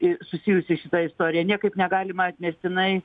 susijusi šita istorija niekaip negalima atmestinai